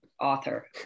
author